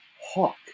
Hawk